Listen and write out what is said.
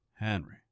Henry